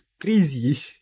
crazy